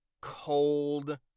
cold